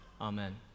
Amen